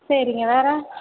சரிங்க வேறு